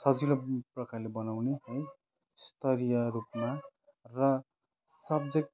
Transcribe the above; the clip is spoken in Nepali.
सजिलो प्रकारले बनाउने है स्तरीय रूपमा र सब्जेक्ट